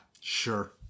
Sure